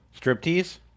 Striptease